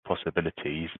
possibilities